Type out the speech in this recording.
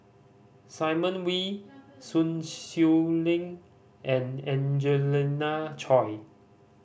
Simon Wee Sun Xueling and Angelina Choy